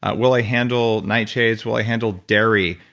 ah will i handle nightshades? will i handle dairy?